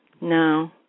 no